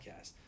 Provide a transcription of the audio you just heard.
podcast